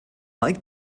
like